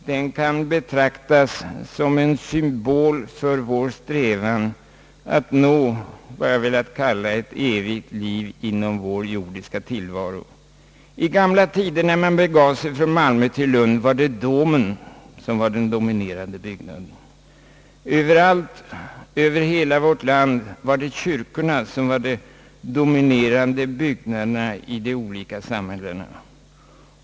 Den kan betraktas som en symbol för vår strävan att nå vad jag har velat kalla ett evigt liv inom vår jordiska tillvaro. I gamla tider när man begav sig från Malmö till Lund, var det domen som var den dominerande byggnaden. över hela vårt land var kyrkorna de dominerande byggnaderna i de olika samhällena.